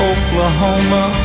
Oklahoma